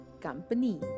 company